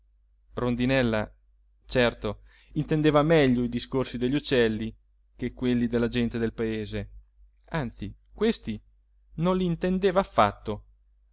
rondinella certo intendeva meglio i discorsi degli uccelli che quelli della gente del paese anzi questi non li intendeva affatto